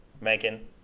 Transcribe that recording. Megan